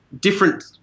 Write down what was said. different